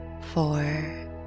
four